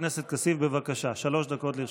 כסיף, בבקשה, שלוש דקות לרשותך.